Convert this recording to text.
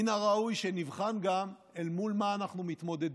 מן הראוי שנבחן גם אל מול מה אנחנו מתמודדים.